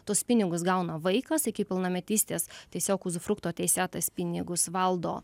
tuos pinigus gauna vaikas iki pilnametystės tiesiog uzufrukto teise tas pinigus valdo